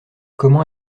comment